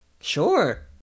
Sure